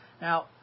Now